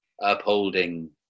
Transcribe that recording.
upholding